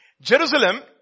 Jerusalem